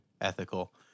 ethical